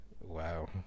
Wow